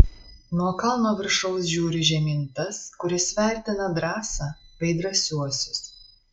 nuo kalno viršaus žiūri žemyn tas kuris vertina drąsą bei drąsiuosius